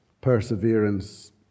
perseverance